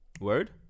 Word